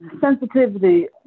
sensitivity